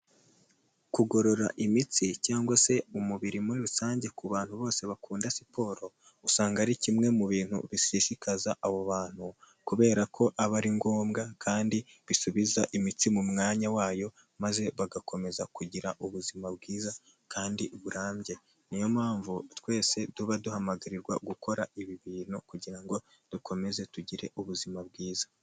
Kugorora imitsi cyangwa se umubiri muri rusange ku bantu bose bakunda siporo usanga ari kimwe mu bintu bishishikaza abo bantu kubera ko aba ari ngombwa kandi bisubiza imitsi mu mwanya wayo maze bagakomeza kugira ubuzima bwiza kandi burambye. Niyompamvu twese tuba duhamagarirwa gukora ibi bintu kugira ngo dukomeze tugire ubuzima bwiza.